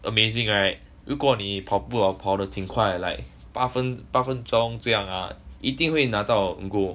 amazing right 如果你跑步 hor 跑得挺快的 like 八分钟这样 ah 一定会拿到 gold